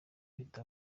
ifite